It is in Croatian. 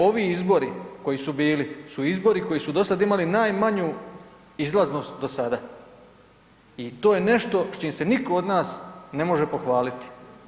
Ovi izbori koji su bili su izbori koji su dosad imali najmanju izlaznost do sada i to je nešto s čim se niko od nas ne može pohvaliti.